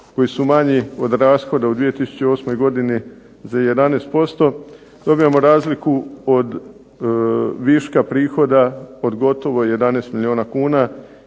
koji su manji od rashoda u 2008. godini za 11% dobivamo veću razliku viška prihoda od gotovo 11 milijuna kuna